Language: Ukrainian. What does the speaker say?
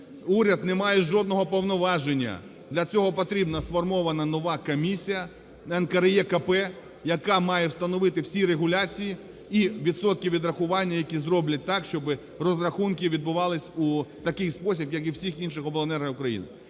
уряд не має жодного повноваження. Для цього потрібна сформована нова комісія НКРЕКП, яка має встановити всі регуляції і відсотки відрахування, які зроблять так, щоб розрахунки відбувались в такий спосіб, як і у всіх інших обленерго України.